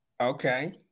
Okay